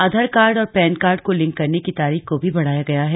आधार card और PAN card को link करने की तारीख को भी बढ़ाया गया है